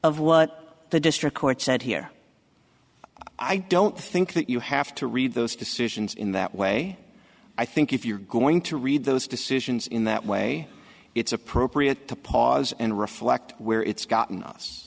of what the district court said here i don't think that you have to read those decisions in that way i think if you're going to read those decisions in that way it's appropriate to pause and reflect where it's gotten us